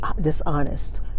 dishonest